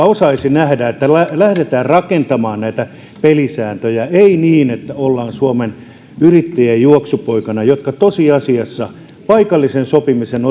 osaisi nähdä että lähdetään rakentamaan pelisääntöjä ei niin että ollaan suomen yrittäjien juoksupoikana tosiasiassa paikallisen sopimisen